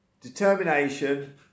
determination